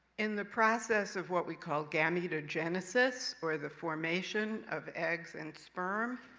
in the process of what we call gametogenesis, or the formation of eggs and sperm.